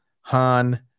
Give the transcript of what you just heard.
Han